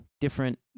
different